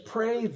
Pray